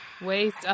Waste